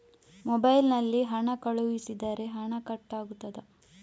Mobile ನಲ್ಲಿ ಹಣ ಕಳುಹಿಸಿದರೆ ಹಣ ಕಟ್ ಆಗುತ್ತದಾ?